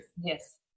Yes